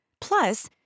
Plus